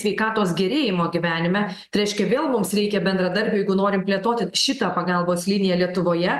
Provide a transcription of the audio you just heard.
sveikatos gerėjimo gyvenime tai reiškia vėl mums reikia bendradarbių jeigu norim plėtoti šitą pagalbos liniją lietuvoje